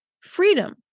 freedom